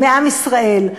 מעם ישראל.